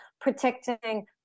protecting